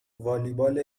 والیبال